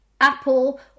Apple